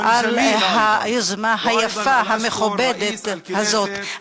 על היוזמה היפה, המכובדת הזאת.